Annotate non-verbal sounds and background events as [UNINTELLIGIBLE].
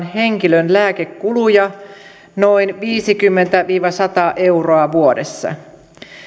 [UNINTELLIGIBLE] henkilön lääkekuluja noin viisikymmentä viiva sata euroa vuodessa